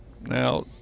Now